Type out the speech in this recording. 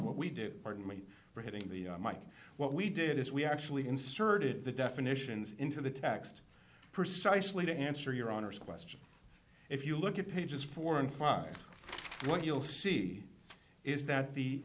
what we do pardon me for hitting the mike what we did is we actually inserted the definitions into the text precisely to answer your honor's question if you look at pages four and five what you'll see is that the